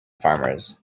farmers